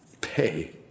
pay